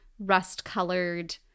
rust-colored